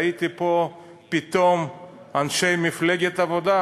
ראיתי פה פתאום את אנשי מפלגת העבודה